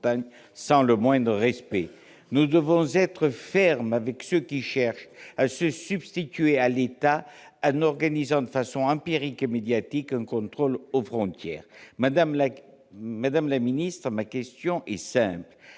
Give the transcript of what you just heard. sans le moindre respect. Nous devons être fermes avec ceux qui cherchent à se substituer à l'État, en organisant de façon empirique et médiatique un contrôle aux frontières. Madame la ministre, ma question est simple